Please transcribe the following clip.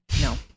No